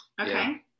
okay